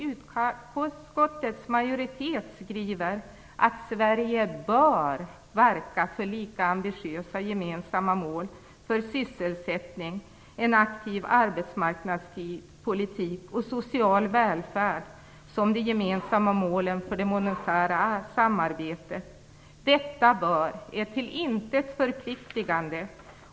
Utskottets majoritet skriver att Sverige bör verka för lika ambitiösa gemensamma mål för sysselsättning, en aktiv arbetsmarknadspolitik och social välfärd som de gemensamma målen för det monetära samarbetet. Detta "bör" är till intet förpliktigande.